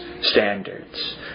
standards